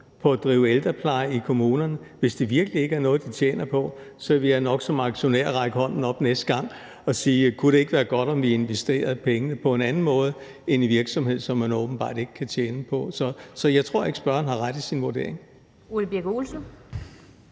på at drive ældrepleje i kommunerne. Hvis det virkelig ikke er noget, de tjener penge på, vil jeg nok som aktionær række hånden op og spørge: Kunne det ikke være godt at investere pengene på en anden måde end i en virksomhed, som man åbenbart ikke kan tjene penge på? Så jeg tror ikke, at spørgeren har ret i sin vurdering. Kl. 16:26 Den